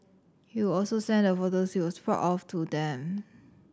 he would also send the photos he was proud of to them